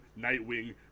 Nightwing